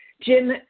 Jim